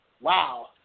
Wow